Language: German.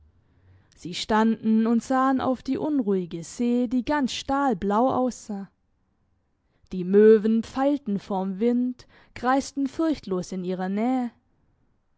sie standen und sahen auf die unruhige see die ganz stahlblau aussah die möwen pfeilten vorm wind kreisten furchtlos in ihrer nähe